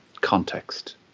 context